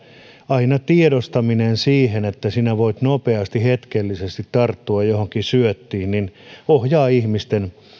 aina sen tiedostaminen että sinä voit nopeasti hetkellisesti tarttua johonkin syöttiin ohjaa ihmisten